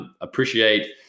appreciate